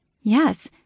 Yes